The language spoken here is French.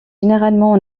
généralement